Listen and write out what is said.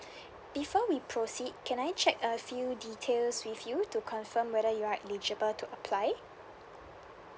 before we proceed can I check a few details with you to confirm whether you are eligible to apply